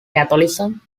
catholicism